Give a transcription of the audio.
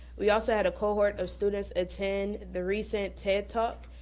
we also had a cohort of students attend the recent ted talk